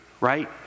right